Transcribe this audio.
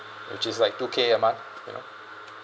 which is like two K a month you know